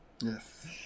Yes